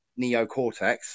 neocortex